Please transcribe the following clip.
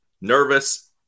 nervous